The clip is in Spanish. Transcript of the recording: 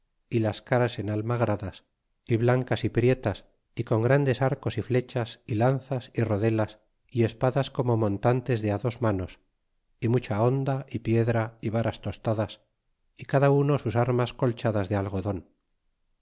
y las caras enalmagradas y blancas y prietas y con grandes arcos y flechas y lanzas y rodelas y espadas como montantes de á dos manos y mucha honda y piedra y varas tostadas y cada uno sus armas colchadas de algo